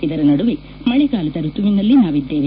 ಇದರ ನಡುವೆ ಮಳೆಗಾಲದ ಋತುವಿನಲ್ಲಿ ನಾವಿದ್ದೇವೆ